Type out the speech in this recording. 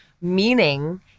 meaning